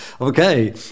Okay